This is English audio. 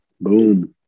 Boom